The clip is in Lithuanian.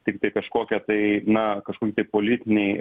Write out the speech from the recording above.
tiktai kažkokia tai na kažkokie politiniai